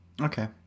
Okay